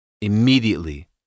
Immediately